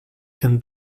can